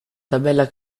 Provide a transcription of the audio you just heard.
tabella